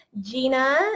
Gina